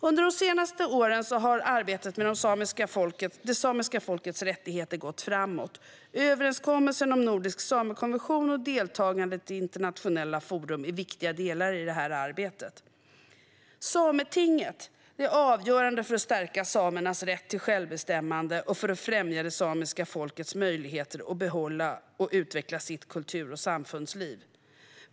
Under de senaste åren har arbetet med det samiska folkets rättigheter gått framåt. Överenskommelsen om nordisk samekonvention och deltagandet i internationella forum är viktiga delar i det arbetet. Sametinget är avgörande för att stärka samernas rätt till självbestämmande och för att främja det samiska folkets möjligheter att behålla och utveckla sitt kultur och samfundsliv.